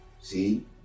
see